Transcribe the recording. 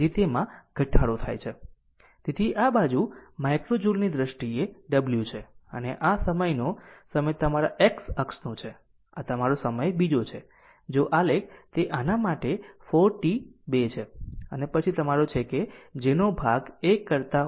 તેથી આ બાજુ માઇક્રો જુલ ની દ્રષ્ટિએ w છે અને આ સમયનો સમય તમારા x અક્ષ નો છે તમારો સમય બીજો છે જો આલેખ તે આના માટે 4 t 2 છે અને પછી તમારો છે કે જેનો બીજો ભાગ 1 કરતાં ઓછી t માં છે